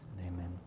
Amen